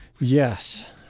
Yes